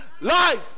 Life